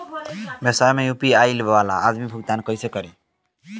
व्यवसाय में यू.पी.आई वाला आदमी भुगतान कइसे करीं?